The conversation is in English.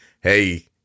Hey